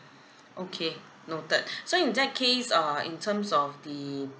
okay noted so in that case err in terms of the